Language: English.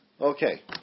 Okay